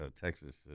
Texas